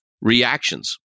reactions